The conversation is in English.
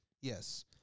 Yes